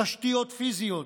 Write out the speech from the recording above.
תשתיות פיזיות,